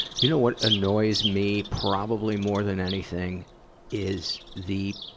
you know what annoys me probably more than anything is the,